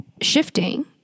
shifting